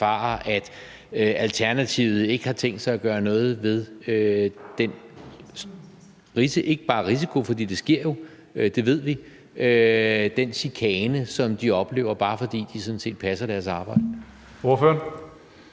at Alternativet ikke har tænkt sig at gøre noget ved den chikane – det er ikke bare en risiko, for det sker jo, det ved vi – som de oplever, bare fordi de sådan set passer deres arbejde?